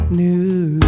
new